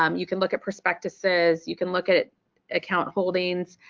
um you can look at prospectuses, you can look at at account holdings.